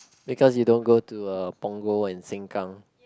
because you don't go to uh Punggol and Sengkang